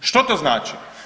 Što to znači?